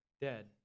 dead